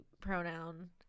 pronoun